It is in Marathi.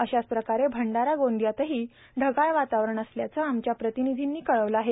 अश्याच प्रकारे भंडारागोंदियातही ढगाळ वातावरण असल्याचे आमच्या प्रतिनिधीने कळवले आहे